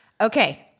Okay